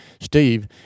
Steve